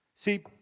See